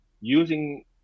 using